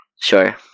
Sure